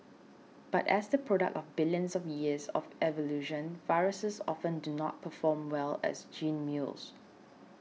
but as the product of billions of years of evolution viruses often do not perform well as gene mules